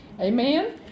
Amen